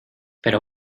pero